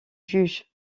juges